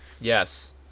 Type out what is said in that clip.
Yes